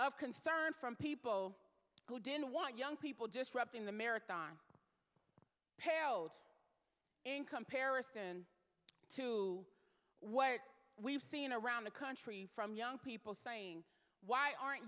of concern from people who didn't want young people just rubbed in the marathon paled in comparison to what we've seen around the country from young people saying why aren't